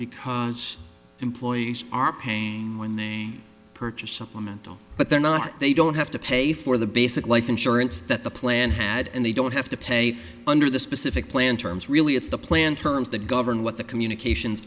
because employees are pain when they purchase implement but they're not they don't have to pay for the basic life insurance that the plan had and they don't have to pay under the specific plan terms really it's the plan terms that govern what the communications